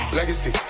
Legacy